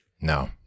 No